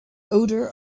odor